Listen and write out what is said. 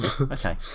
Okay